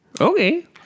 Okay